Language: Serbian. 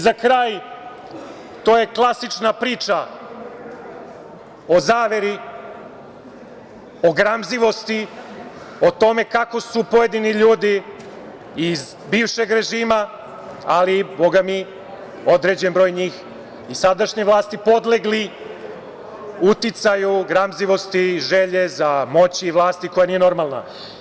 Za kraj, to je klasična priča o zaveri, o gramzivosti, o tome kako su pojedini ljudi iz bivšeg režima, ali, Boga mi, određen broj njih iz sadašnje vlasti podlegli uticaju gramzivosti i želje i moći za vlasti koja nije normalna.